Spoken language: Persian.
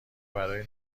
برای